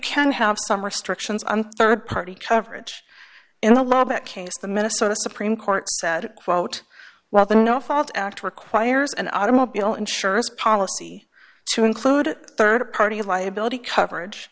can have some restrictions on rd party coverage in the law but case the minnesota supreme court said quote while the no fault act requires an automobile insurance policy to include rd party liability coverage